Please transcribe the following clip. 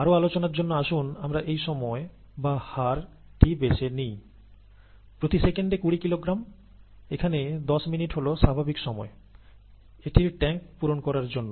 আরও আলোচনার জন্য আসুন আমরা এই সময় বা হার টি বেছে নেই প্রতি সেকেন্ডে কুড়ি কিলোগ্রাম এখানে 10 মিনিট হল স্বাভাবিক সময় এটির ট্যাংক পূরণ করার জন্য